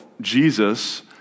Jesus